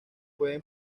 pueden